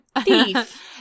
Thief